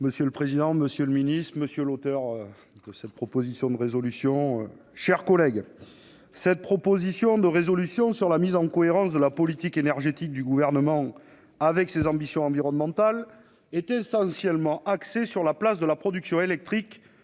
Monsieur le président, monsieur le ministre, mes chers collègues, cette proposition de résolution sur la mise en cohérence de la politique énergétique du Gouvernement avec ses ambitions environnementales est essentiellement axée sur la place de la production électrique